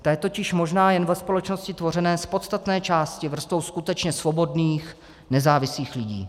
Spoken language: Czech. Ta je totiž možná jen ve společnosti tvořené z podstatné části vrstvou skutečně svobodných, nezávislých lidí.